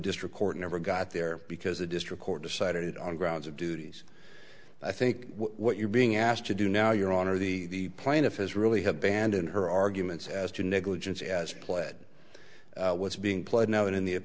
district court never got there because the district court decided on grounds of duties i think what you're being asked to do now your honor the plaintiff has really have banned in her arguments as to negligence as pled what's being played now